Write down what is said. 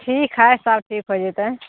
ठीक है सब ठीक होए जेतै